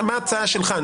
מה ההצעה שלך?